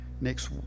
next